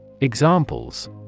Examples